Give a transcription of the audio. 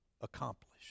accomplished